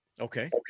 Okay